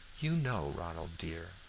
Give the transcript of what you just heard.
you know, ronald dear,